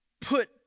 put